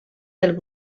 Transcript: del